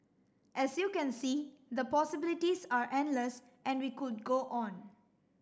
as you can see the possibilities are endless and we could go on